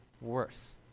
worse